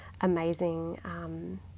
amazing